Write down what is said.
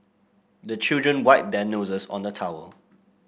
the children wipe their noses on the towel